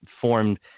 formed